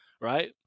right